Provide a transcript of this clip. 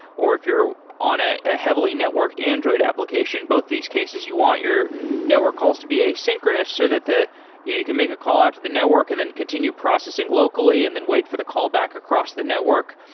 or if you're on ah a heavily networked android application, both these cases you want your network calls to be asynchronous so that you can make a call out to the network and then continue processing locally and then wait for the call back across the network.